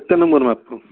କେତେ ନମ୍ବର ମାପ